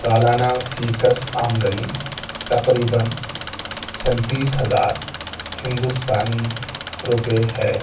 سالانہ فی کس آمدنی تقریباً سنتیس ہزار ہندوستانی روپے ہے